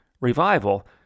Revival